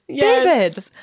David